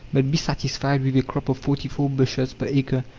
but be satisfied with a crop of forty four bushels per acre.